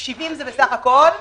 70 זה בסך הכול.